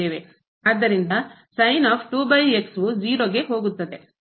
ಆದ್ದರಿಂದ ವು 0 ಗೆ ಹೋಗುತ್ತದೆ ಮತ್ತು ಸಹ 0 ಕ್ಕೆ ಹೋಗುತ್ತದೆ